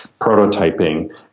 prototyping